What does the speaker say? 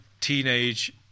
teenage